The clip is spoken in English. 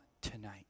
tonight